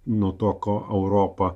nuo to ko europa